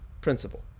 principle